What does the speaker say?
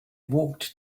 walked